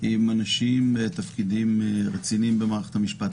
עם אנשים בתפקידים רציניים במערכת המשפט,